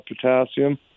potassium